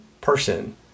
person